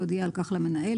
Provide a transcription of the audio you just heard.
יודיע על כך למנהל,